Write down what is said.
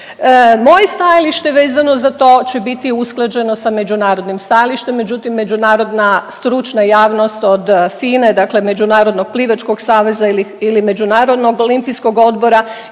Moje stajalište vezano za to će biti usklađeno sa međunarodnim stajalištem, međutim, međunarodna stručna javnost, od FINA-e, dakle Međunarodnog plivačkog saveza ili Međunarodnog olimpijskog odbora